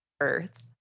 Earth